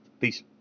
Peace